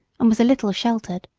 and was a little sheltered.